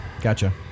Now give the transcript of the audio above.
gotcha